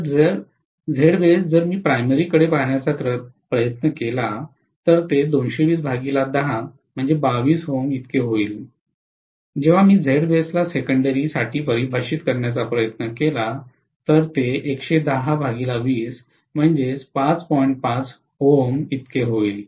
तर Zbaseजर मी प्राइमरी कडे पाहण्याचा प्रयत्न केला तर ते होईल जेव्हा मी Zbase ला सेकंडेरी साठी परिभाषित करण्याचा प्रयत्न केला तर ते होईल